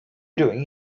doing